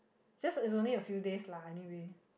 just is only a few days lah anyway